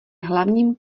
hlavním